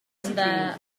there